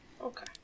Okay